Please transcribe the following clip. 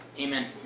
Amen